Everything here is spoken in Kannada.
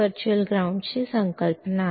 ಇದು ವರ್ಚುವಲ್ ಗ್ರೌಂಡ್ ಪರಿಕಲ್ಪನೆ